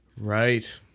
Right